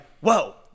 whoa